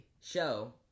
show